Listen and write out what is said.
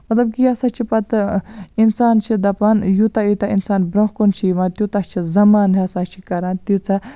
مَطلَب یہِ ہَسا چھُ پَتہٕ اِنسان چھُ دَپان یوٗتاہ یوٗتاہ اِنسان برونٛہہ کُن چھُ یِوان تیوٗتاہ چھُ زَمان ہَسا چھُ کَران تیٖژاہ